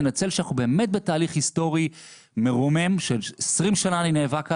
כשאנחנו באמת בתהליך היסטורי מרומם ש-20 שנה אני נאבק עליו,